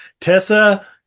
Tessa